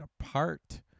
apart